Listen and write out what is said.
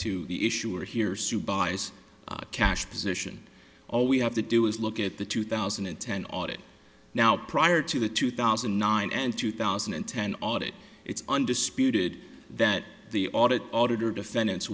to the issue or here supervise cash position all we have to do is look at the two thousand and ten audit now prior to the two thousand and nine and two thousand and ten audit it's undisputed that the audit auditor defendants